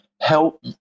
help